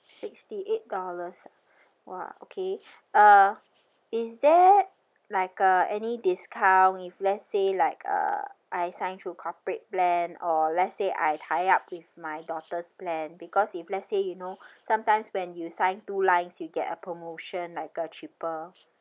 sixty eight dollars !wah! okay uh is there like uh any discount if let's say like uh I sign through corporate plan or let's say I tie up with my daughter's plan because if let's say you know sometimes when you sign two lines you get a promotion like a cheaper